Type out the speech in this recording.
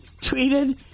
tweeted